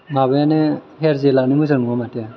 माबायानो हेयार जेलानो मोजां नङा माथो